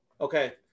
okay